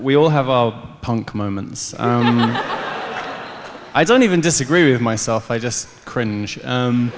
we all have punk moments i don't even disagree with myself i just cringe